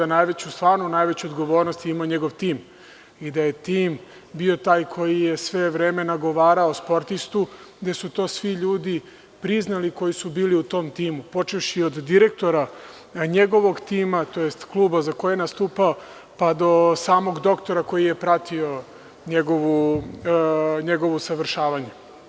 Ovde stvarno najveću odgovornost je imao njegov tim i da je tim bio taj koji je sve vreme nagovarao sportistu, gde su to svi ljudi priznali koji su bili u tom timu, počevši od direktora njegovog tima, tj. kluba za koji je nastupao, pa do samog doktora koji je pratio njegovo usavršavanje.